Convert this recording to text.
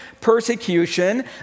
persecution